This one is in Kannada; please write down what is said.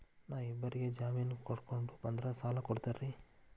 ನಾ ಇಬ್ಬರಿಗೆ ಜಾಮಿನ್ ಕರ್ಕೊಂಡ್ ಬಂದ್ರ ಸಾಲ ಕೊಡ್ತೇರಿ?